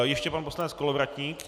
Ještě pan poslanec Kolovratník.